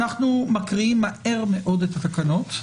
אנחנו מקריאים מהר מאוד את התקנות,